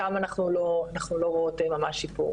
שם אנחנו לא רואות ממש שיפור.